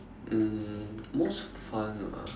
um most fun ah